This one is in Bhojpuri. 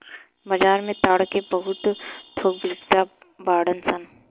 बाजार में ताड़ के बहुत थोक बिक्रेता बाड़न सन